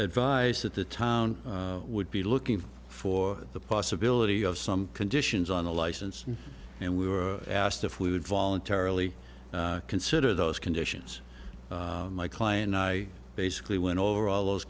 advised that the town would be looking for the possibility of some conditions on the license and we were asked if we would voluntarily consider those conditions my client i basically went over all those